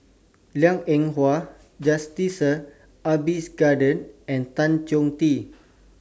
Liang Eng Hwa Jacintha Abisheganaden and Tan Choh Tee